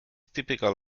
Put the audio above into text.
typical